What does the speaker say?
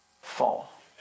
fall